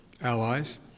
allies